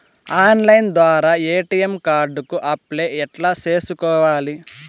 Online ద్వారా ATM card కు apply ఎట్లా సేసుకోవాలి?